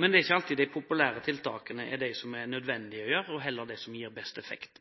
Men det er ikke alltid de populære tiltakene er de som er de nødvendige, eller som gir best effekt.